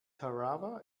tarawa